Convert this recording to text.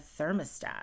thermostat